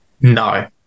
No